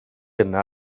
yna